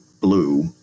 blue